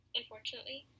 unfortunately